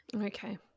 Okay